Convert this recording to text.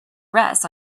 rest